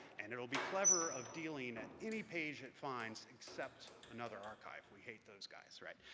and it'll be clever of dealing that any page it finds except another archive, we hate those guys, right?